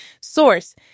Source